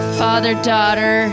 father-daughter